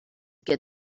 get